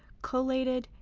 collated,